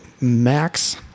max